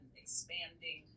expanding